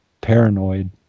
paranoid